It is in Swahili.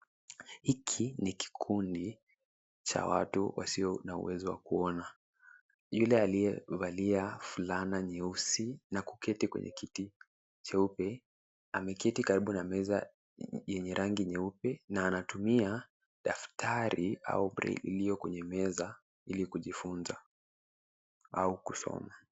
Hiki ni kikundi cha watu wasio na uwezo wa kuona. Yule liyevalia fulana nyeusi na kuketi kwenye kiti cheupe ameketi karibu na meza yenye rangi nyeupe na anatumia daftari au braille iliyo kwenye meza ili kujifunza au kusoma.